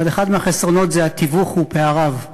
אבל אחד מהחסרונות זה התיווך ופעריו.